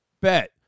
bet